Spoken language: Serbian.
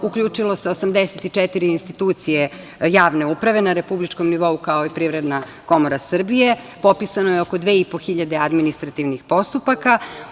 Uključilo se 84 institucije javne uprave na republičkom nivou, kao i Privredna komora Srbije, popisano je oko 2.500 administrativnih postupaka.